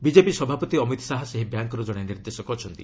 BJP ସଭାପତି ଅମିତ୍ ଶାହା ସେହି ବ୍ୟାଙ୍କ୍ର କଣେ ନିର୍ଦ୍ଦେଶକ ଅଛନ୍ତି